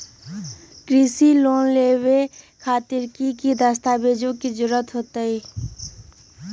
कृषि लोन लेबे खातिर की की दस्तावेज के जरूरत होतई?